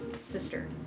sister